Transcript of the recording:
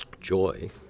joy